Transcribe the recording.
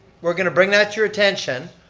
we're going to bring that to your attention,